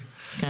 אני